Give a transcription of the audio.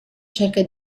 cerca